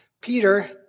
Peter